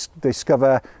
discover